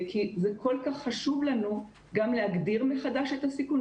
כי זה כל כך חשוב לנו גם להגדיר מחדש את הסיכון,